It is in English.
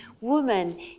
woman